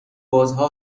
بازها